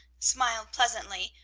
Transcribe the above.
smiled pleasantly,